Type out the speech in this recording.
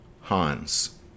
Hans